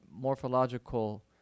morphological